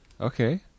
Okay